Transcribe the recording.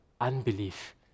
unbelief